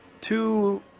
two